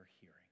hearing